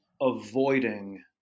avoiding